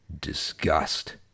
disgust